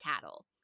cattle